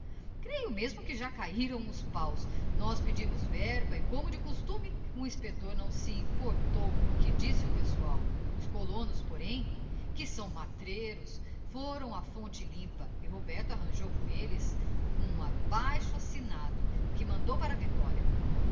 estragado creio mesmo que já cahiram uns páos nós pedimos verba e como de costume o inspector não se importou com o que disse o pessoal os colonos porém que são matreiros foram á fonte limpa e roberto arranjou com elles um abaixo assignado que mandou para a victoria